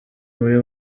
muri